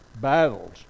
battles